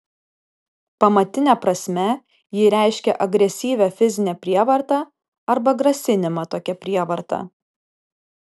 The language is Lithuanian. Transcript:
pamatine prasme ji reiškia agresyvią fizinę prievartą arba grasinimą tokia prievarta